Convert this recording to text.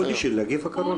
ייחודי של נגיף הקורונה.